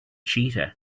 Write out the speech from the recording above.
cheetah